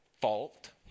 fault